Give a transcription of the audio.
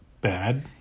bad